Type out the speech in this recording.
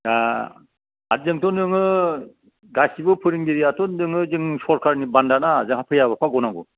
दा आरो जोंथ' नोङो गासिबो फोरोंगिरियाथ' नोङो जों सरकारनि बान्दाना जोहा फैयाबा बहा गनांगौ